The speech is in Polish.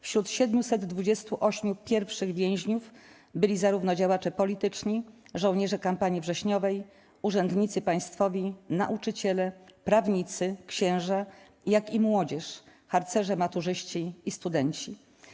Wśród 728 pierwszych więźniów byli zarówno działacze polityczni, żołnierze kampanii wrześniowej, urzędnicy państwowi, nauczyciele, prawnicy, księża, jak i młodzież - harcerze, maturzyści i studenci.